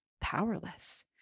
powerless